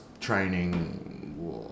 training